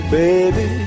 baby